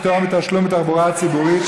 פטור מתשלום בתחבורה ציבורית),